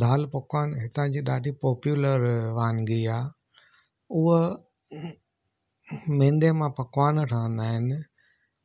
दाल पकवान हितां जी ॾाढी पॉपूलर वांगी आहे हूअ मैंदे मां पकवान ठहंदा आहिनि